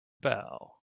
bell